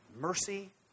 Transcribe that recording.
Mercy